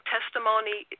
Testimony